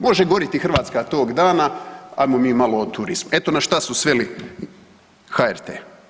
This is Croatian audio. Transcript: Može gorjeti Hrvatska tog dana, ajmo mi malo o turizmu, eto na šta su sveli HRT.